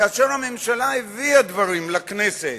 כאשר הממשלה הביאה דברים לכנסת,